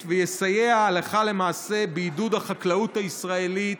ויסייע הלכה למעשה בעידוד החקלאות הישראלית,